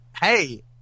Hey